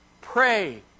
pray